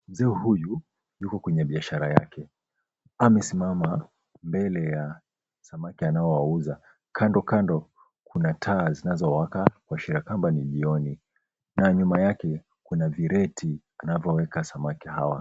Mzee huyu yuko kwenye biashara yake, amesimama mbele ya samaki anaowauza. Kandokando kuna taa zinazowaka kuashiria kwamba ni jioni, na nyuma yake kuna vireti anavyoweka samaki hawa.